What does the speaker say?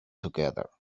together